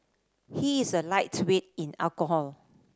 he is a lightweight in alcohol